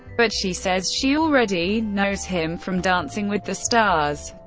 but she says she already knows him from dancing with the stars.